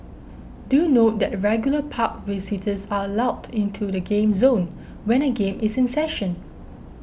do note that regular park visitors are allowed into the game zone when a game is in session